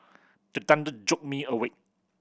the thunder jolt me awake